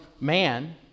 man